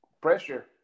pressure